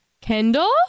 Kendall